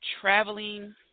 traveling